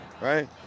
right